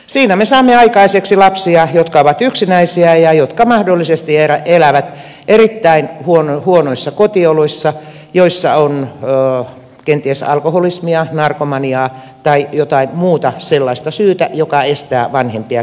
siinä me saamme aikaiseksi lapsia jotka ovat yksinäisiä ja jotka mahdollisesti elävät erittäin huonoissa kotioloissa joissa on kenties alkoholismia narkomaniaa tai jotain muuta sellaista syytä joka estää vanhempia käymästä töissä